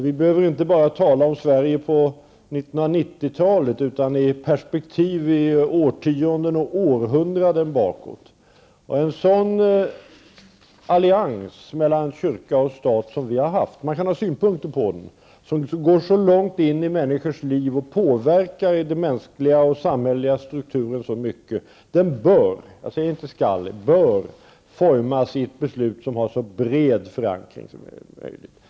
Vi behöver inte bara tala om Sverige på 1990-talet, utan se perspektivet i årtionden och århundraden bakåt. En sådan allians mellan kyrka och stat som vi har haft kan man ha synpunkter på, men den går så långt in i människors liv och påverkar den mänskliga och samhälleliga strukturen så mycket att den bör -- jag säger inte skall -- formas i ett beslut som har så bred förankring som möjligt.